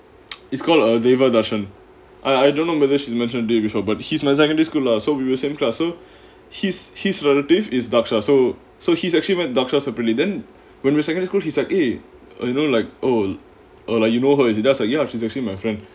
it's called uh daver~ dakshar I don't know whether she mentioned dave before but he's my secondary school lah so we were same class so his his relative is dakshar so so he's actually went dakshar really then when we seconday school he's like eh you know like oh like you know her is it then I was like ya she's actually my friend